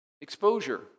Exposure